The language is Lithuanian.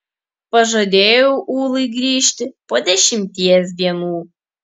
pažadėjau ulai grįžti po dešimties dienų